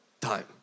time